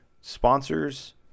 sponsors